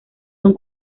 son